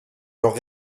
leurs